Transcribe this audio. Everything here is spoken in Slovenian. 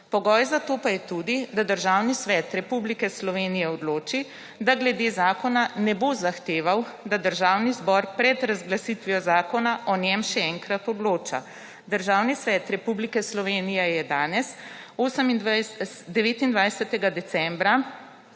Pogoj za to pa je tudi, da Državni svet Republike Slovenije odloči, da glede zakona ne bo zahteval, da Državni zbor pred razglasitvijo zakona o njem še enkrat odloča. Državni svet Republike Slovenije je danes, 29. decembra,